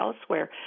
elsewhere